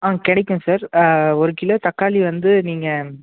ஆ கிடைக்கும் சார் ஒரு கிலோ தக்காளி வந்து நீங்கள்